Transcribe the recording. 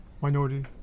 minority